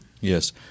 Yes